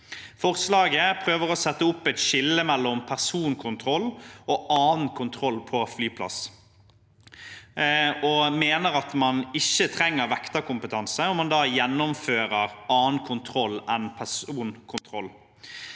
forslaget prøver man å sette opp et skille mellom personkontroll og annen kontroll på flyplass og mener at man ikke trenger vekterkompetanse om man gjennomfører annen kontroll enn personkontroll.